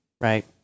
right